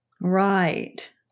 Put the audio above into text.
Right